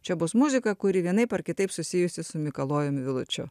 čia bus muzika kuri vienaip ar kitaip susijusi su mikalojumi vilučiu